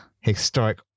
historic